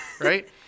Right